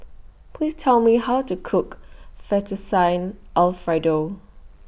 Please Tell Me How to Cook Fettuccine Alfredo